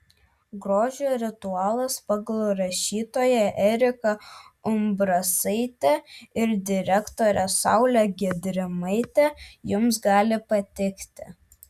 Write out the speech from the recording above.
grožio ritualas pagal rašytoją eriką umbrasaitę ir diktorę saulę gedrimaitę jums gali patikti